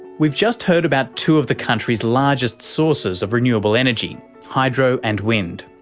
we've just heard about two of the country's largest sources of renewable energy hydro and wind.